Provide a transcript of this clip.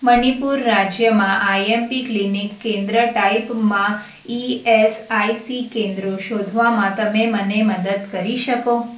મણિપુર રાજ્યમાં IMP clinic કેન્દ્ર ટાઈપમાં ઇએસઆઈસી કેન્દ્રો શોધવામાં તમે મને મદદ કરી શકો